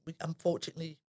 unfortunately